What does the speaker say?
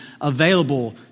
available